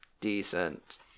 decent